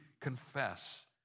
confess